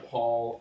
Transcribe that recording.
Paul